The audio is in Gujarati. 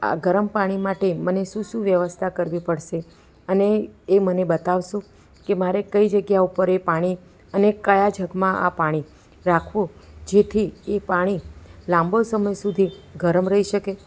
આ ગરમ પાણી માટે મને શું શું વ્યવસ્થા કરવી પડશે અને એ મને બતાવશો કે મારે કઈ જગ્યા ઉપર એ પાણી અને કયા જગમાં આ પાણી રાખવું જેથી એ પાણી લાંબો સમય સુધી ગરમ રહી શકે